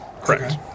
Correct